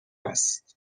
است